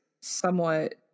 somewhat